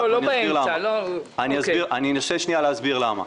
אני אנסה שנייה להסביר למה.